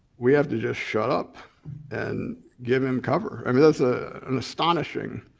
we have to just shut up and give him cover. i mean that's ah an astonishing